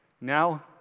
Now